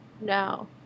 No